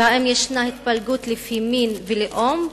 ואם יש התפלגות לפי מין ולאום,